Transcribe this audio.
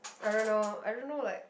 I don't know I don't know like